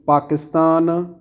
Pakistan